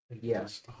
Yes